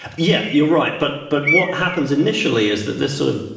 yeah, you're right. but but what happens initially is that this sort of